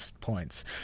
points